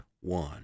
one